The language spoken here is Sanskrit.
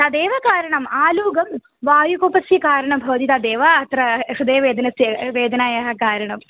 तदेव कारणम् आलुकं वायुकोपस्य कारणं भवति तदेव अत्र हृदय वेदनायाः वेदनायाः कारणम्